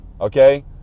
okay